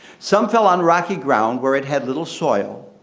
some fell on rocky ground, where it had little soil.